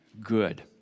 good